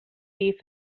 beef